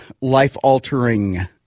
life-altering